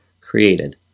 created